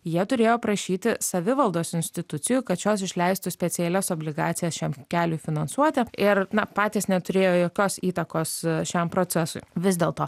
jie turėjo prašyti savivaldos institucijų kad šios išleistų specialias obligacijas šiam keliui finansuoti ir na patys neturėjo jokios įtakos šiam procesui vis dėl to